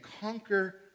conquer